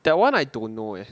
that one I don't know eh